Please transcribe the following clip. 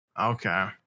Okay